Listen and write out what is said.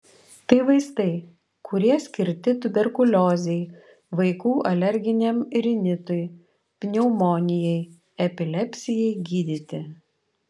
tai vaistai kurie skirti tuberkuliozei vaikų alerginiam rinitui pneumonijai epilepsijai gydyti